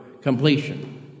completion